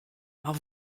mar